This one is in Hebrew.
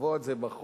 לקבוע את זה בחוק,